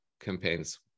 campaigns